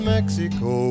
Mexico